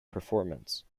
performance